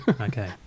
Okay